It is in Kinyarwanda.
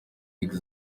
league